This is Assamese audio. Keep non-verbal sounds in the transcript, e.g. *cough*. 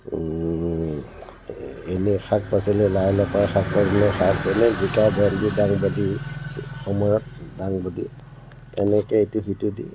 এনেই শাক পাচলি লাই লফাৰ *unintelligible* যেনে জিকা ভেণ্ডি ডাংবদি সময়ত ডাংবদি এনেকেই ইটো সিটো দি